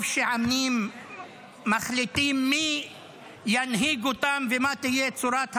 טוב שעמים מחליטים מי ינהיג אותם ומה תהיה צורת הממשל,